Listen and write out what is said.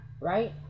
right